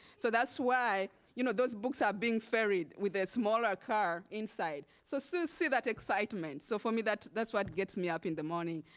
so that's why you know those books are being ferried with a smaller car inside. so so see that excitement. so for me, that's what gets me up in the morning.